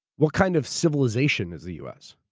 what kind of civilization is the u. s?